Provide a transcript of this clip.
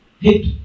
hit